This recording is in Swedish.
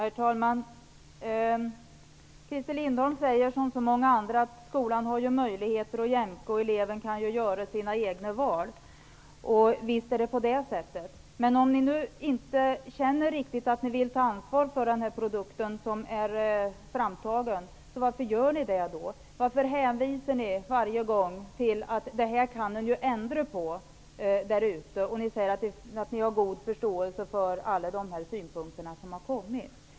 Herr talman! Christer Lindblom säger, som så många andra, att skolan har möjligheter att jämka och att eleven kan göra sina egna val. Visst är det på det sättet. Men om ni nu inte känner riktigt att ni vill ta ansvar för den produkt som är framtagen, varför gör ni det då? Varför hänvisar ni varje gång till att man kan ändra det här där ute? Ni säger att ni har god förståelse för alla de synpunkter som har kommit fram.